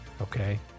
okay